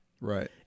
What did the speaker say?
Right